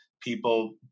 people